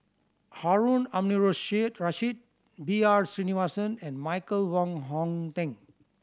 Harun Aminurrashid B R Sreenivasan and Michael Wong Hong Teng